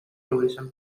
tourism